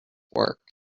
work